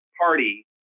party